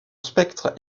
spectre